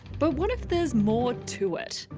but what if there's more to it?